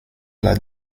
alla